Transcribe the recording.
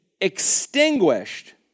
extinguished